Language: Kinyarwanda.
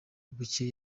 bucye